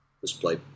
display